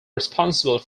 responsible